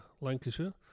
Lancashire